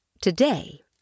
Today